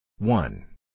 One